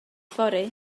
fory